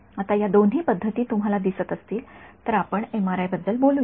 आता या दोन्ही पध्दती तुम्हाला दिसत असतील तर आपण एमआरआय बद्दल बोलूया